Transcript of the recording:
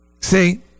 see